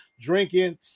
drinking